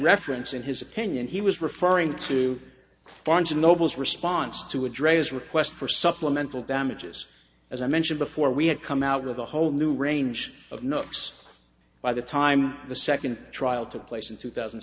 reference in his opinion he was referring to barnes and noble's response to address his request for supplemental damages as i mentioned before we had come out with a whole new range of knocks by the time the second trial took place in two thousand